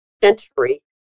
century